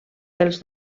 pels